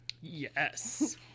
Yes